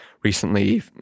recently